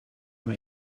that